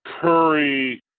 curry